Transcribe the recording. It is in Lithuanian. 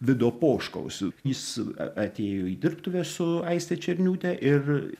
vido poškaus jis atėjo į dirbtuvę su aiste černiūte ir